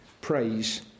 praise